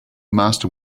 master